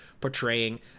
portraying